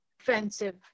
offensive